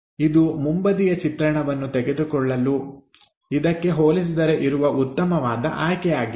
ಇದು ಮುಂಬದಿಯ ಚಿತ್ರಣವನ್ನು ತೆಗೆದುಕೊಳ್ಳಲು ಇದಕ್ಕೆ ಹೋಲಿಸಿದರೆ ಇರುವ ಉತ್ತಮವಾದ ಆಯ್ಕೆ ಆಗಿದೆ